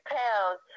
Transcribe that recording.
pounds